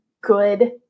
good